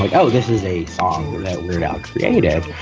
like oh, this is a song that ludo created.